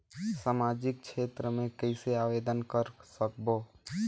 समाजिक क्षेत्र मे कइसे आवेदन कर सकबो?